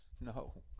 no